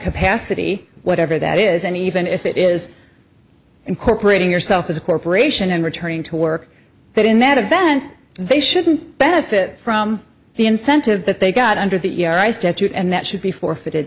capacity whatever that is and even if it is incorporating yourself as a corporation and returning to work but in that event they shouldn't benefit from the incentive that they got under the statute and that should be forfeited